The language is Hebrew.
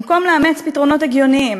במקום לאמץ פתרונות הגיוניים,